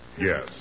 Yes